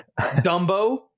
Dumbo